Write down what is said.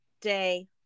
day